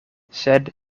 sed